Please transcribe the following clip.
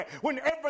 whenever